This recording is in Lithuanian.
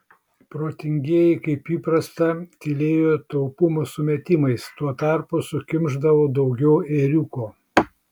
protingieji kaip įprasta tylėjo taupumo sumetimais tuo tarpu sukimšdavo daugiau ėriuko